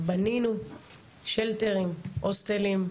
בנינו מקלטים, הוסטלים,